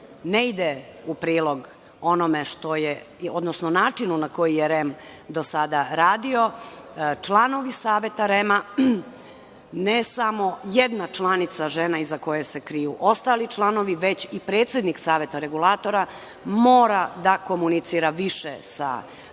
ne ide u prilog načinu na koji je REM do sada radio. Članovi Saveta REM, ne samo jedna članica, žena iza koje se kriju ostali članovi, već i predsednik Saveta regulatora mora da komunicira više sa